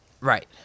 Right